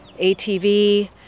ATV